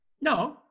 No